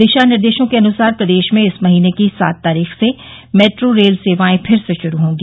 दिशा निर्देशों के अनुसार प्रदेश में इस महीने की सात तारीख से मेट्रो रेल सेवाएं फिर से शुरू होंगी